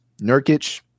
Nurkic